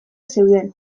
zeuden